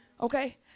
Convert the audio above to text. Okay